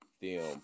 film